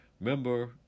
remember